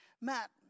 Matt